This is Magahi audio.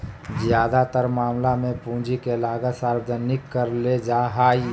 ज्यादातर मामला मे पूंजी के लागत सार्वजनिक करले जा हाई